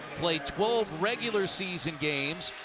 played twelve regular season games.